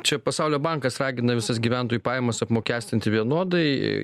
čia pasaulio bankas ragina visas gyventojų pajamas apmokestinti vienodai